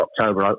October